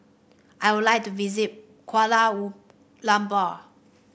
I would like to visit Kuala Lumpur